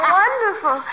wonderful